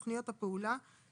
ההערה לא מתייחסת למה שאמרת קודם.